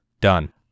done